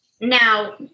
Now